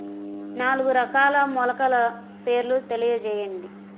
నాలుగు రకాల మొలకల పేర్లు తెలియజేయండి?